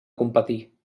competir